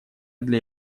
для